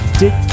dick